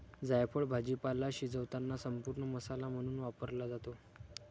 जायफळ भाजीपाला शिजवताना संपूर्ण मसाला म्हणून वापरला जातो